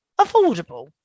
affordable